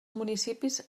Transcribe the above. municipis